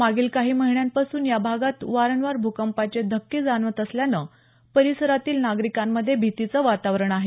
मागील काही महिन्यांपासून या भागात वारंवार भूकंपाचे धक्के जाणवत असल्यानं परिसरातील नागरिकांमध्ये भीतीचं वातावरण आहे